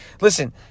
listen